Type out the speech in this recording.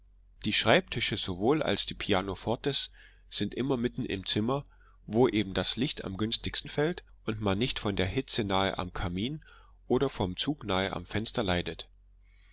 die schreibtische sowohl als die pianofortes sind immer mitten im zimmer wo eben das licht am günstigsten fällt und man nicht von der hitze nahe am kamin oder vom zug nahe am fenster leidet